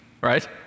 right